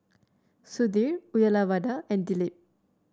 Sudhir Uyyalawada and Dilip